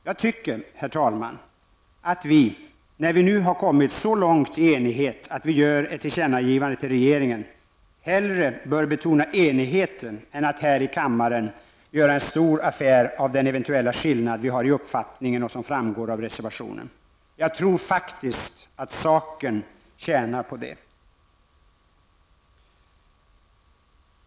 Jag tycker, herr talman, att vi nu, när vi har blivit i eniga om att riksdagen bör göra ett tillkännagivande till regeringen, hellre bör betona den enigheten än att här i kammaren göra en stor affär av den eventuella skillnad i uppfattning som framgår av reservationen. Jag tror faktiskt att saken tjänar på det.